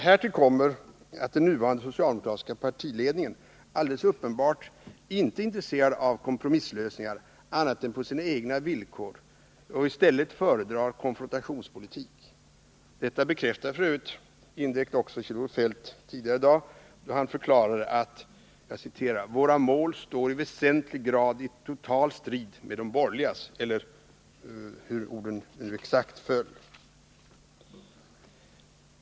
Härtill kommer att den nuvarande socialdemokratiska partiledningen alldeles uppenbart inte är intresserad av kompromisslösningar annat än på sina egna villkor utan i stället föredrar konfrontationspolitik. Detta bekräftade indirekt också Kjell-Olof Feldt tidigare i dag, då han förklarade att socialdemokratins mål står i väsentlig grad i total strid med de borgerligas — eller hur orden nu exakt föll.